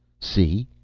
see.